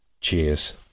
Cheers